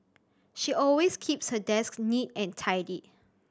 she always keeps her desk neat and tidy